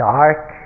dark